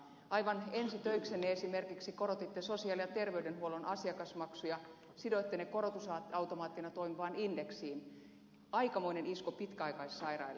aivan ensi töiksenne esimerkiksi korotitte sosiaali ja terveydenhuollon asiakasmaksuja sidoitte ne korotusautomaattina toimivaan indeksiin aikamoinen isku pitkäaikaissairaille